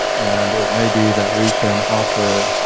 and it may be that we can offer.